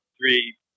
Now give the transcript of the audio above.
three